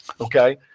Okay